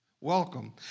welcome